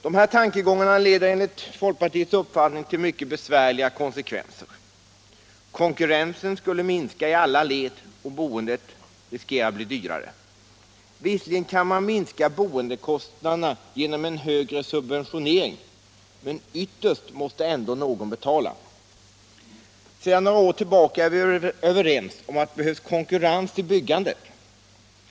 De här tankegångarna leder enligt folkpartiets uppfattning till mycket besvärliga konsekvenser. Konkurrensen skulle minska i alla led, och boendet riskerar att bli dyrare. Visserligen kan man minska boendekostnaderna genom en högre subventionering, men ytterst måste ändå någon betala. Sedan några år tillbaka är vi överens om att det behövs konkurrens i byggandet.